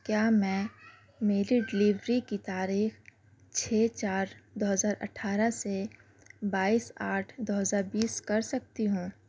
کیا میں میری ڈلیوری کی تاریخ چھ چار دو ہزار اٹھارہ سے بائیس آٹھ دو ہزار بیس کر سکتی ہوں